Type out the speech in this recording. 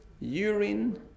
urine